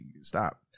stop